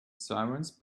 sirens